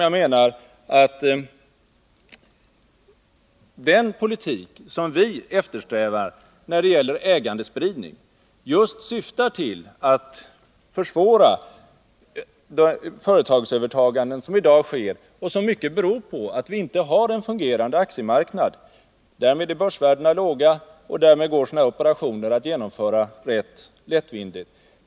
Jag menar nämligen att den politik som vi eftersträvar beträffande ägandespridningen just syftar till att försvåra vissa av de i dag så vanliga företagsövertaganden som i hög grad beror på att vi inte har en fungerande aktiemarknad. Därför är börsvärdena låga och därför går det att genomföra sådana här operationer lättvindigt.